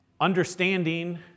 Understanding